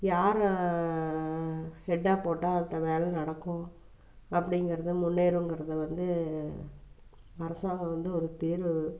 யாரை ஹெட்டாக போட்டால் அந்த வேலை நடக்கும் அப்படிங்குறது முன்னேறணுங்கிறது வந்து அரசாங்கம் வந்து ஒரு தீர்வு